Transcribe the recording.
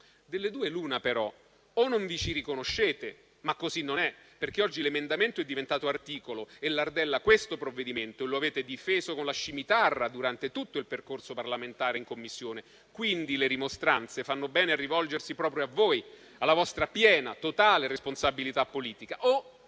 Delle due l'una, però: o non vi ci riconoscete, ma così non è, perché oggi l'emendamento è diventato articolo e lardella questo provvedimento e lo avete difeso con la scimitarra durante tutto il percorso parlamentare in Commissione. Quindi le rimostranze fanno bene a rivolgersi proprio a voi, alla vostra piena, totale responsabilità politica.